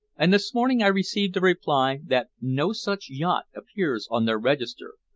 and this morning i received a reply that no such yacht appears on their register,